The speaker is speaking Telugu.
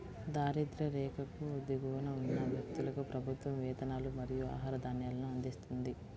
దారిద్య్ర రేఖకు దిగువన ఉన్న వ్యక్తులకు ప్రభుత్వం వేతనాలు మరియు ఆహార ధాన్యాలను అందిస్తుంది